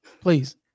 please